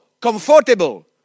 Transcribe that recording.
comfortable